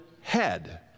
head